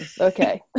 okay